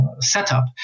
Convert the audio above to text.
setup